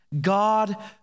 God